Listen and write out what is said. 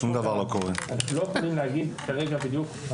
אנחנו לא יכולים להגיד כרגע בדיוק,